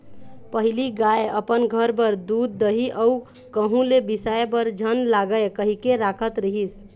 पहिली गाय अपन घर बर दूद, दही अउ कहूँ ले बिसाय बर झन लागय कहिके राखत रिहिस